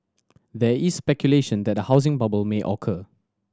there is speculation that a housing bubble may occur